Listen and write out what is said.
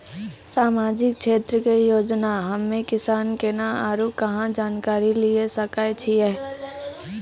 समाजिक क्षेत्र के योजना हम्मे किसान केना आरू कहाँ जानकारी लिये सकय छियै?